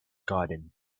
garden